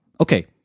okay